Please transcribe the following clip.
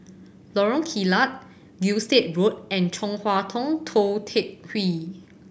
Lorong Kilat Gilstead Road and Chong Hua Tong Tou Teck Hwee